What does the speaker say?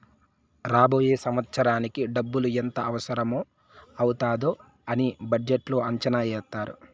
రాబోయే సంవత్సరానికి డబ్బులు ఎంత అవసరం అవుతాది అని బడ్జెట్లో అంచనా ఏత్తారు